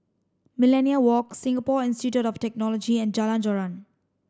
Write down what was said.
Millenia Walk Singapore Institute of Technology and Jalan Joran